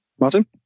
Martin